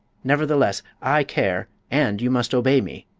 nevertheless, i care! and you must obey me,